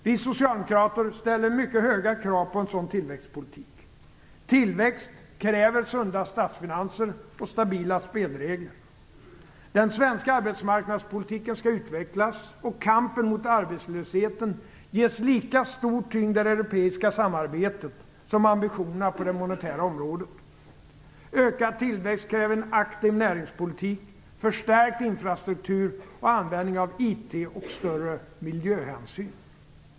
Vi socialdemokrater ställer mycket höga krav på en sådan tillväxtpolitik. Tillväxt kräver sunda statsfinanser och stabila spelregler. Den svenska arbetsmarknadspolitiken skall utvecklas, och kampen mot arbetslösheten skall ges lika stor tyngd i det europeiska samarbetet som ambitionerna på det monetära området. Ökad tillväxt kräver en aktiv näringspolitik, förstärkt infrastruktur och användning av IT samt större miljöhänsyn.